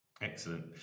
Excellent